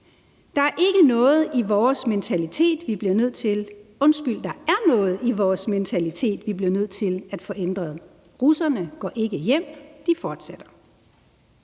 Der er noget i vores mentalitet, vi bliver nødt til at få ændret. Russerne går ikke hjem, de fortsætter.